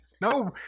No